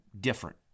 different